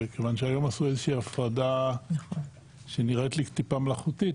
כיוון שהיום עשו איזושהי הפרדה שנראית לי טיפה מלאכותית,